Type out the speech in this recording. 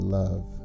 love